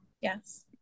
Yes